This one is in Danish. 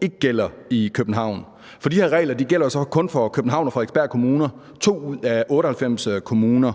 ikke gælder i København. For de her regler gælder jo så kun for København og Frederiksberg Kommuner, 2 ud af 98 kommuner,